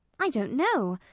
i don't know.